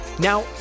Now